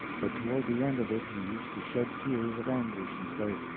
but toward the end of it he used to shed tears of anguish and say,